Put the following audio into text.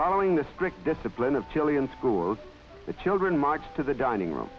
following the strict discipline of chilean schools the children march to the dining room